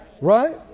right